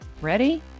Ready